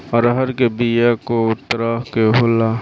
अरहर के बिया कौ तरह के होला?